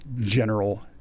general